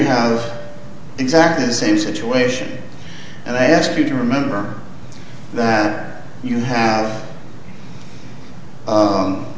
have exactly the same situation and i ask you to remember that you have